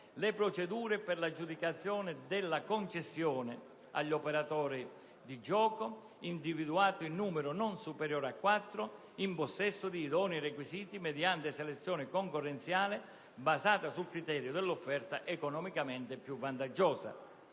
le procedure per l'aggiudicazione della concessione agli operatori di gioco, individuati in numero non superiore a quattro, in possesso di idonei requisiti mediante selezione concorrenziale basata sul criterio dell'offerta economicamente più vantaggiosa.